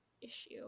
issue